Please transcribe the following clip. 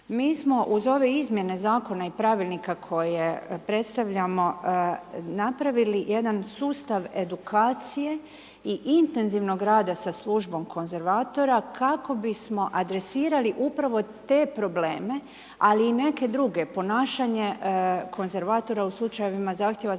Mi smo uz ove izmjene zakona i pravilnika koje predstavljamo napravili jedan sustav edukacije i intenzivnog rada sa službom konzervatora kako bismo adresirali upravo te probleme, ali i neke druge, ponašanje konzervatora u slučajevima zahtjeva za